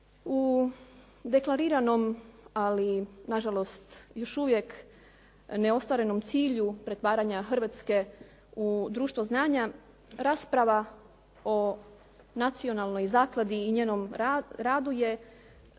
U deklariranom, ali nažalost još uvijek neostvarenom cilju pretvaranja Hrvatske u društvo znanja, rasprava o Nacionalnoj zakladi i njenom radu je